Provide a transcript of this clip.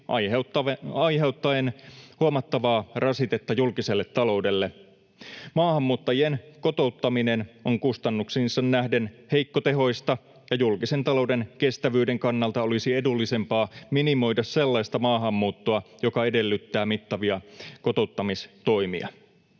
aiheuttaen huomattavaa rasitetta julkiselle taloudelle. Maahanmuuttajien kotouttaminen on kustannuksiinsa nähden heikkotehoista, ja julkisen talouden kestävyyden kannalta olisi edullisempaa minimoida sellaista maahanmuuttoa, joka edellyttää mittavia kotouttamistoimia.